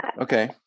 Okay